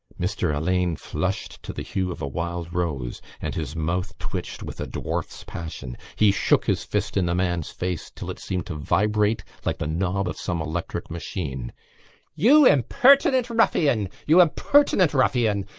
mr. alleyne flushed to the hue of a wild rose and his mouth twitched with a dwarf's passion. he shook his fist in the man's face till it seemed to vibrate like the knob of some electric machine you impertinent ruffian! you impertinent ruffian!